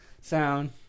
sound